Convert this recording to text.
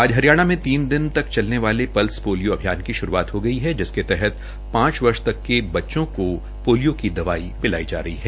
आज हरियाणा में तीन दिन चलने वाले पल्स पोलियों अभियान की शुरूआत हो गई है जिसके तहत पांच वर्ष तक के बच्चों को पोलियो की दवाई पिलाई जा रही है